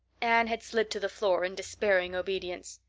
anne had slid to the floor in despairing obedience.